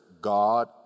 God